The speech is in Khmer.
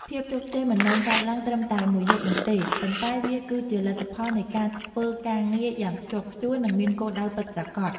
ភាពជោគជ័យមិនមែនកើតឡើងត្រឹមតែមួយយប់នោះទេប៉ុន្តែវាគឺជាលទ្ធផលនៃការធ្វើការងារយ៉ាងខ្ជាប់ខ្ជួន និងមានគោលដៅពិតប្រាកដ។